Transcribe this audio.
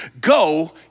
Go